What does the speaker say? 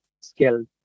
skilled